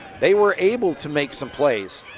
they were able to make some plays.